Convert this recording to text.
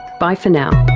bye for now